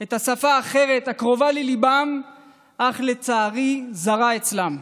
את השפה האחרת, הקרובה לליבם אך לצערי זרה אצלם.